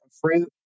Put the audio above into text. fruit